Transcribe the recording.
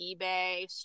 eBay